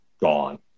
gone